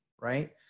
right